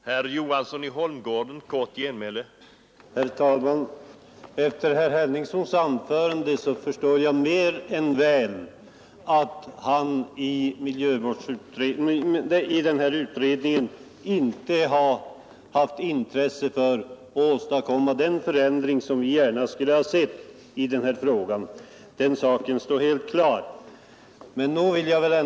Herr talman! Efter herr Henningssons anförande förstår jag mer än väl att han i miljökontrollutredningen inte har haft intresse för att åstadkomma den förändring som vi gärna skulle ha sett i denna fråga. Den saken står helt klar.